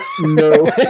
No